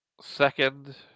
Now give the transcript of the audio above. Second